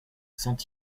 saint